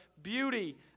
Beauty